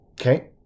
okay